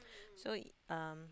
so um